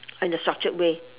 in a structured way